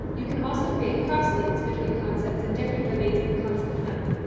you can also create cross-links between concepts in different domains of the concept map.